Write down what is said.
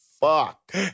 fuck